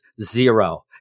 zero